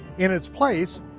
in its place,